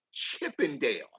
Chippendale